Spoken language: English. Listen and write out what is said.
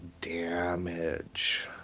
damage